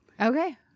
okay